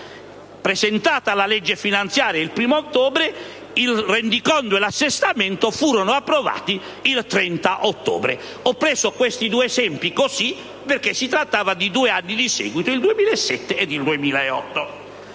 presentata la legge finanziaria il 1° ottobre, il rendiconto e l'assestamento furono approvati il 30 ottobre. Ho citato questi due esempi, perché si trattava di due anni di seguito, 2007 e 2008.